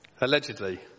allegedly